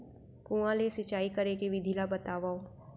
कुआं ले सिंचाई करे के विधि ला बतावव?